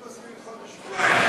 אני מציע לדחות בשבועיים.